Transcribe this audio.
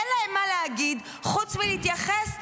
אין להם מה להגיד חוץ מלהתייחס,